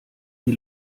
die